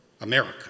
America